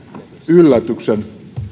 yllätyksen